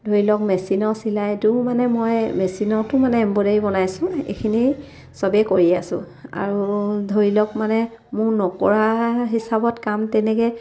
ধৰি লওক মেচিনৰ চিলাইটোও মানে মই মেচিনতো মানে এম্ব্ৰইডাৰী বনাইছোঁ এইখিনি চবেই কৰি আছো আৰু ধৰি লওক মানে মোৰ নকৰা হিচাপত কাম তেনেকৈ